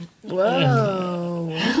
Whoa